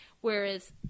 whereas